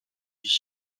ich